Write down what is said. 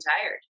tired